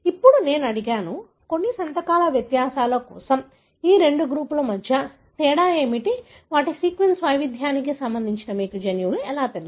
ఇప్పుడు నేను అడిగాను కొన్ని సంతకాల వ్యత్యాసం కోసం ఈ రెండు గ్రూపుల మధ్య తేడా ఏమిటి వాటి సీక్వెన్స్ వైవిధ్యానికి సంబంధించి మీకు జన్యువులు తెలుసు